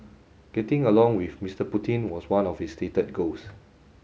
getting along with Mister Putin was one of his stated goals